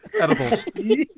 Edibles